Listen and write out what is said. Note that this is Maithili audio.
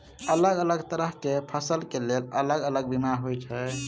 अलग अलग तरह केँ फसल केँ लेल अलग अलग बीमा होइ छै?